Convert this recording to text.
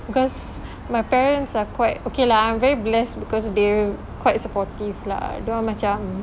because my parents are quite okay lah I'm very blessed because they quite supportive lah dorang macam